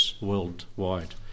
worldwide